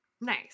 Nice